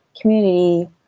community